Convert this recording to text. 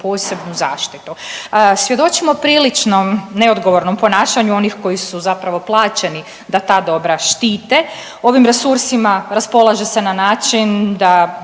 posebnu zaštitu. Svjedočimo prilično neodgovornom ponašanju onih koji su zapravo plaćeni da ta dobra štite. Ovim resursima raspolaže se na način da